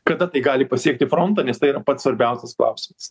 kada tai gali pasiekti frontą nes tai pats svarbiausias klausimas